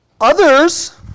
Others